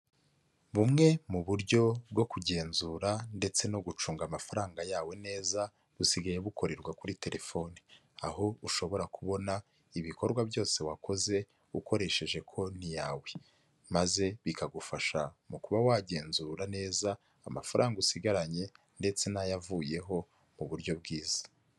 Bumwe mu buryo bwo kugenzura ndetse no gucunga amafaranga yawe neza busigaye bukorerwa kuri telefone, aho ushobora kubona ibikorwa byose wakoze ukoresheje konti yawe maze bikagufasha mu kuba wagenzura neza amafaranga usigaranye ndetse n'ayavuyeho mu buryo bwiza.